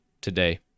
today